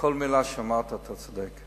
בכל מלה שאמרת אתה צודק.